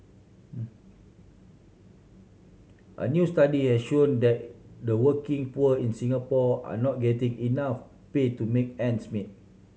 a new study has shown that the working poor in Singapore are not getting enough pay to make ends meet